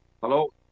Hello